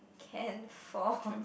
can four